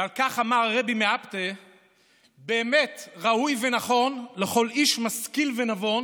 ועל כך אמר הרבי מאפטא: באמת ראוי ונכון לכל איש משכיל ונבון